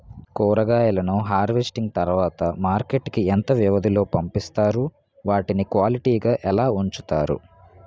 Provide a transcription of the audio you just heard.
కూరగాయలను హార్వెస్టింగ్ తర్వాత మార్కెట్ కి ఇంత వ్యవది లొ పంపిస్తారు? వాటిని క్వాలిటీ గా ఎలా వుంచుతారు?